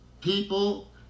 people